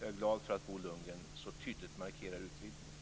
Jag är glad över att Bo Lundgren så tydligt markerar utvidgningen.